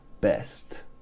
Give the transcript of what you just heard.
best